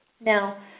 Now